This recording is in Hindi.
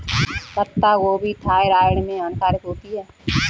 पत्ता गोभी थायराइड में हानिकारक होती है